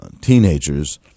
teenagers